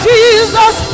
Jesus